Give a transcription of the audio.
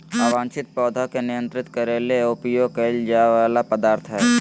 अवांछित पौधा के नियंत्रित करे ले उपयोग कइल जा वला पदार्थ हइ